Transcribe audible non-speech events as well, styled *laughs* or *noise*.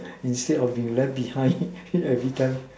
instead of be left behind *laughs* everytime